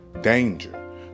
danger